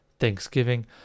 thanksgiving